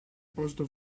posto